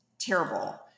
terrible